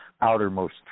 outermost